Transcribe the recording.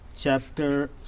Chapter